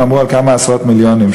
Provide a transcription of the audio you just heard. הם דיברו על כמה עשרות מיליונים,